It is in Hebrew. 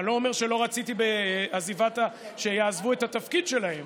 אני לא אומר שלא רציתי שיעזבו את התפקיד שלהם,